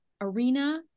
arena